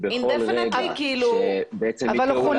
בכל רגע שיקראו לכסף --- הוא חונה